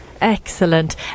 Excellent